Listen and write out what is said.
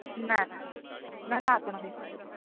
ନା ନା ନା ନା ନା ଆପଣଙ୍କ ହିସାବରେ ଦିଅନ୍ତୁ